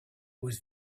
was